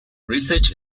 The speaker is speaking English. research